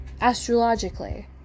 astrologically